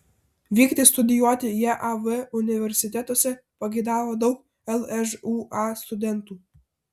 vykti studijuoti jav universitetuose pageidavo daug lžūa studentų